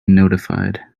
notified